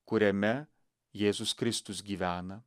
kuriame jėzus kristus gyvena